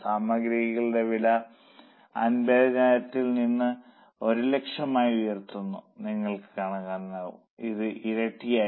സാമഗ്രികളുടെ വില 50000 നിന്ന് 100000 ആയി ഉയർന്നത് നിങ്ങൾക്ക് കാണാനാകും അത് ഇരട്ടിയായി